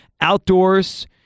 outdoors